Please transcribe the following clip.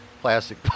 plastic